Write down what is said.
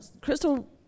Crystal